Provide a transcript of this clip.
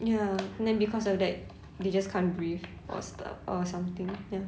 ya then because of that they just can't breathe or stuff or something ya